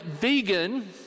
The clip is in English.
vegan